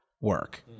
work